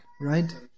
right